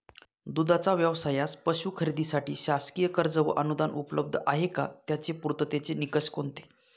दूधाचा व्यवसायास पशू खरेदीसाठी शासकीय कर्ज व अनुदान उपलब्ध आहे का? त्याचे पूर्ततेचे निकष कोणते?